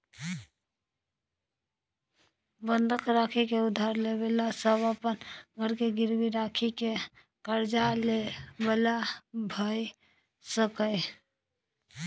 बंधक राखि के उधार ले बला सब अपन घर के गिरवी राखि के कर्जा ले बला भेय सकेए